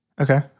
Okay